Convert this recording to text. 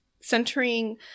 centering